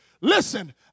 Listen